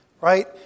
right